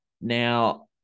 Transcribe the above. Now